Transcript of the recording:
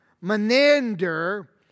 Menander